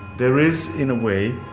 there is, in a way,